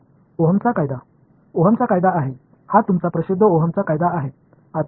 மாணவர் Ohm's law Ohm's law Ohm's law இது உங்கள் பிரபலமான ஓம்ஸ் லா Ohm's law